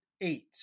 eight